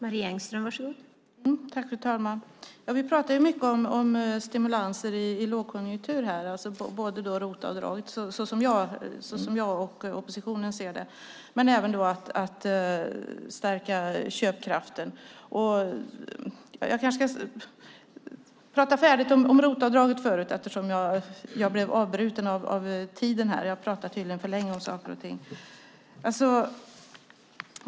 Fru talman! Vi talar mycket om stimulanser i lågkonjunktur. Det gäller både ROT-avdraget, som jag och oppositionen ser det, men även att stärka köpkraften. Jag kanske först ska tala färdigt om ROT-avdraget, eftersom jag blev avbruten av att talartiden tog slut. Jag talar tydligen för länge om saker och ting.